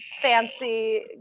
fancy